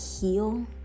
heal